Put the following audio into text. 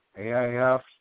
AIF